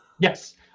Yes